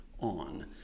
on